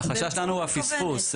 החשש שלנו הוא הפספוס.